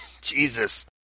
jesus